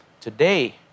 Today